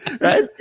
right